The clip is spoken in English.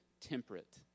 temperate